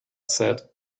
said